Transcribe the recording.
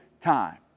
time